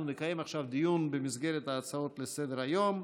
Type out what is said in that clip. אנחנו נקיים עכשיו דיון במסגרת ההצעות לסדר-היום.